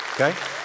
Okay